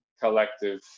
collective